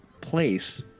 place